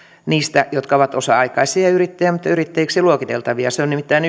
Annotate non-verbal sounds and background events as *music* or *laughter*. niillä jotka ovat osa aikaisia yrittäjiä mutta yrittäjiksi luokiteltavia se on nimittäin *unintelligible*